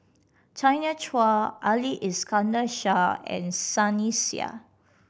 Tanya Chua Ali Iskandar Shah and Sunny Sia